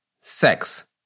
sex